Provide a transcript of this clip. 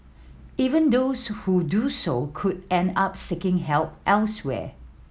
even those who do so could end up seeking help elsewhere